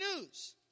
news